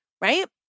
right